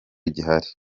gihari